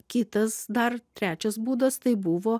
kitas dar trečias būdas tai buvo